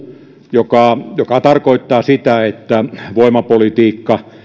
mikä tarkoittaa sitä että voimapolitiikka